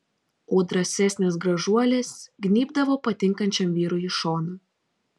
o drąsesnės gražuolės gnybdavo patinkančiam vyrui į šoną